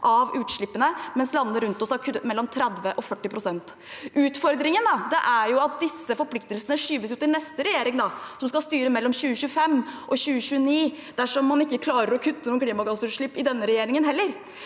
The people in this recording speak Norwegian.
av utslippene, mens landene rundt oss har kuttet mellom 30 pst. og 40 pst. Utfordringen er at disse forpliktelsene skyves til neste regjering – som skal styre mellom 2025 og 2029 – dersom man ikke klarer å kutte noen klimagassutslipp i denne regjeringen heller.